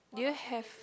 do you have